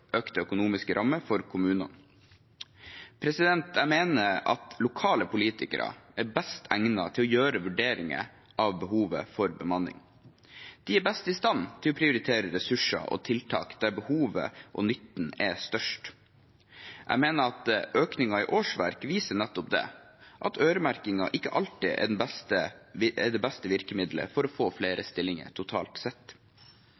økte økonomiske rammer for kommunene. Jeg mener at lokale politikere er best egnet til å gjøre vurderinger av behovet for bemanning. De er best i stand til å prioritere ressurser og tiltak der behovet og nytten er størst. Jeg mener økningen i årsverk viser nettopp det – at øremerking ikke alltid er det beste virkemiddelet for å få flere stillinger totalt sett.